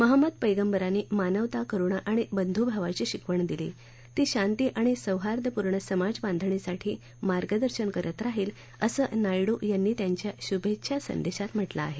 महंमद पैंगबरांनी मानवता करुणा आणि बंधूभावाची शिकवण दिली ती शांती आणि सौहार्दपूर्ण समाजबांधणीसाठी मार्गदर्शन करत राहील असं नायडू यांनी त्यांच्या शूभेच्छा संदेशात म्हटलं आहे